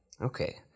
Okay